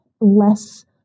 less